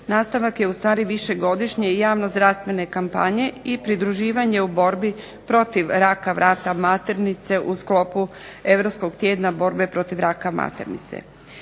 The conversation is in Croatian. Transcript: nastavak je ustvari višegodišnje i javnozdravstvene kampanje i pridruživanje u borbi protiv raka vrata maternice u sklopu Europskog tjedna borbe protiv raka maternice.